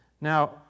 Now